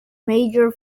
major